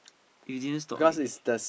you didn't stop me